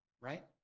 right